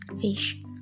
Fish